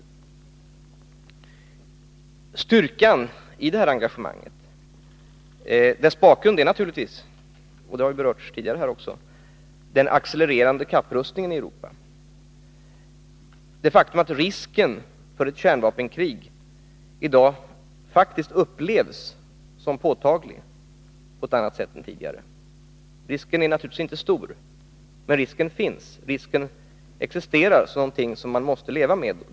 Bakgrunden till styrkan i detta engagemang är, vilket tidigare har berörts, naturligtvis den accelererande kapprustningen i Europa. Det faktum att risken för ett kärnvapenkrig i dag faktiskt upplevs som påtaglig på ett annat sätt än tidigare är en förklaring. Risken är naturligtvis inte stor, men den existerar — och är någonting som man måste leva med.